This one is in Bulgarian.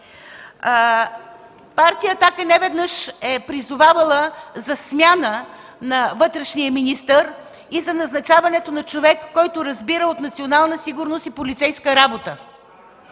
Партия „Атака” неведнъж е призовавала за смяна на вътрешния министър и за назначаването на човек, който разбира от национална сигурност и полицейска работа.